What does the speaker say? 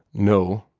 no,